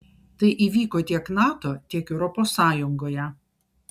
tai įvyko tiek nato tiek europos sąjungoje